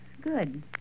Good